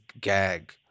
gag